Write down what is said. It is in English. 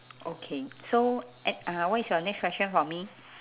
okay so e~ ah what is your next question for me